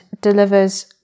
delivers